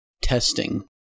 Testing